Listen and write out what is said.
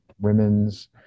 women's